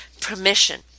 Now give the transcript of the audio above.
permission